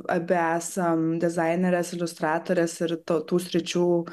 abi esam dizainerės iliustratorės ir tų sričių